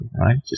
right